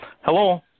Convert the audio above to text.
Hello